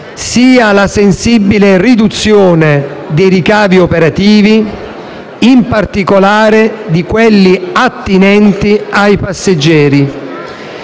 sia la sensibile riduzione dei ricavi operativi, in particolare di quelli attinenti ai passeggeri,